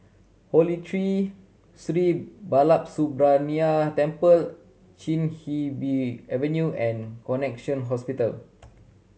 Holy Tree Sri Balasubramaniar Temple Chin He Bee Avenue and Connexion Hospital